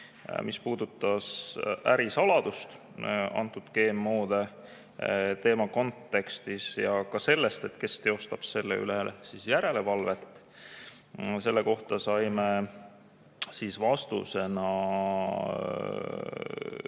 mis puudutas ärisaladust GMO-de teema kontekstis, ja ka see, kes teostab selle üle järelevalvet. Selle kohta saime vastuseks,